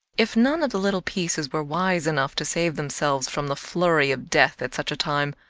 if none of the little pieces were wise enough to save themselves from the flurry of death at such a time,